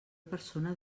persona